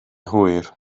hwyr